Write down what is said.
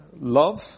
Love